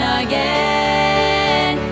again